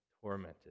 tormented